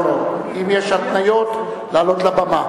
לא לא, אם יש התניות, לעלות לבמה.